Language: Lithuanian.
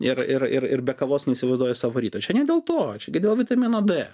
ir ir ir ir be kavos neįsivaizduoji savo ryto čia ne dėl to čia gi dėl vitamino d